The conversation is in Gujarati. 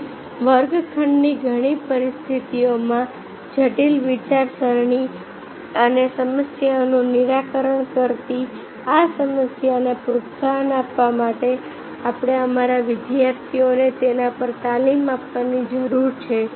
અને વર્ગખંડની ઘણી પરિસ્થિતિઓમાં જટિલ વિચારસરણી અને સમસ્યાનું નિરાકરણ કરતી આ સમસ્યાને પ્રોત્સાહન આપવા માટે આપણે અમારા વિદ્યાર્થીઓને તેના પર તાલીમ આપવાની જરૂર છે